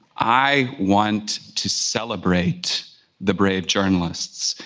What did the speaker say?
i want to celebrate the brave journalists.